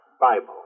Bible